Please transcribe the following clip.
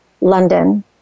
London